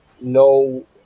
no